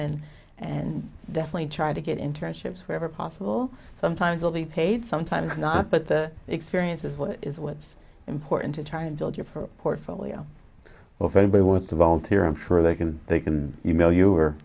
and and definitely try to get interactions wherever possible sometimes will be paid sometimes not but the experience is what is what's important to try and build your portfolio of anybody wants to volunteer i'm sure they can they can email you